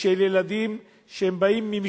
של ילדים שבאים,